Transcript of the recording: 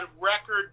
record